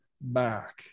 back